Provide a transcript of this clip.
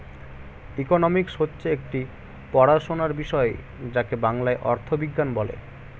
economics হচ্ছে একটি পড়াশোনার বিষয় যাকে বাংলায় অর্থবিজ্ঞান বলে